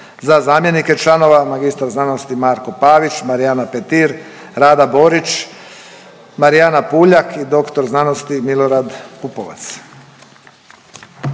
za zamjenike članova mr.sc. Marko Pavić, Marijana Petir, Rada Borić, Marijana Puljak i dr.sc. Milorad Pupovac.